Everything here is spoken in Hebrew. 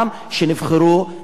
שבגללה נבחרו.